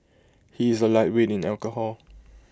he is A lightweight in alcohol